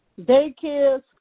daycares